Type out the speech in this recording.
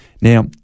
now